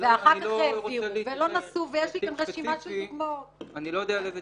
ואחר כך --- ולא נשאו, יש לי